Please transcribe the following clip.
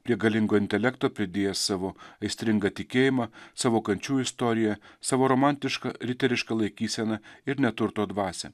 prie galingo intelekto pridėjęs savo aistringą tikėjimą savo kančių istoriją savo romantišką riterišką laikyseną ir neturto dvasią